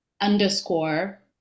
underscore